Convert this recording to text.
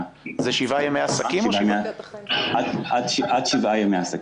עד שבעה ימי עסקים.